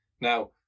now